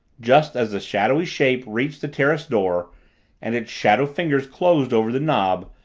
just as the shadowy shape reached the terrace door and its shadow-fingers closed over the knob,